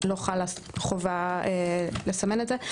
לא חלה חובה לסמן את זה.